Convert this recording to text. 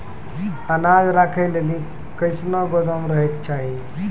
अनाज राखै लेली कैसनौ गोदाम रहै के चाही?